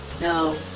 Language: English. No